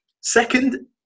Second